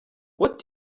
what